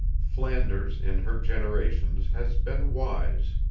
flanders in her generations has been wise.